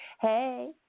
Hey